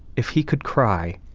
if he could cry,